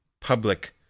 public